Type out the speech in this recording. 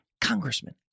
Congressman